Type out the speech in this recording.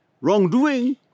wrongdoing